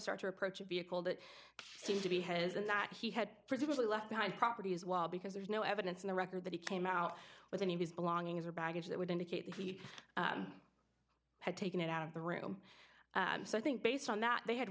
start to approach a vehicle that seemed to be headed in that he had presumably left behind property as well because there's no evidence in the record that he came out with any of his belongings or baggage that would indicate that he'd had taken it out of the room so i think based on that they had